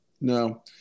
No